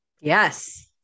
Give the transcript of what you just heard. Yes